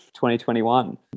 2021